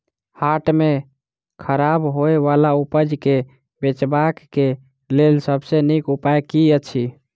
हाट मे खराब होय बला उपज केँ बेचबाक क लेल सबसँ नीक उपाय की अछि?